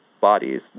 bodies